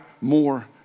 more